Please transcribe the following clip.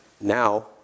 now